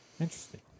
Interesting